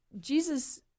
Jesus